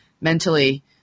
mentally